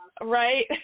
right